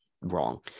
wrong